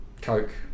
Coke